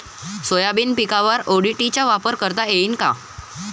Soybean पिकावर ODT चा वापर करता येईन का?